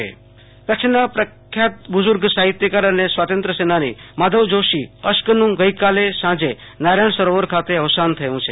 આશુતોષ અંતાણી કચ્છ સાહિત્યકાર અવસાન કચ્છના પ્રખ્યાત બુજૂર્ગ સાહિત્યકાર અને સ્વાત ત્રય સેનાની માધવ જોશી અશ્ક ન ગઈકાલે સાં જે નારાયણ સરોવર ખાતે અવસાન થયું છે